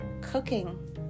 cooking